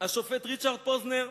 השופט ריצ'רד פוזנר: